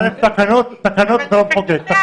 תקנות זה לא המחוקק.